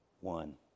one